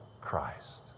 Christ